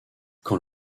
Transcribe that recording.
quand